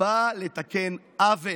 באה לתקן עוול.